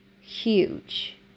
huge